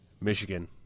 Michigan